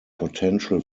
potential